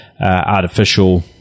artificial